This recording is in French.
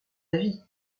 avis